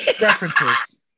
References